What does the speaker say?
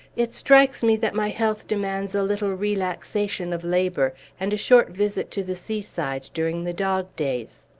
it strikes me that my health demands a little relaxation of labor, and a short visit to the seaside, during the dog-days.